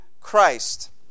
Christ